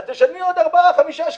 אז תשלמי עוד 5-4 שקלים.